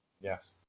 Yes